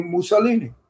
Mussolini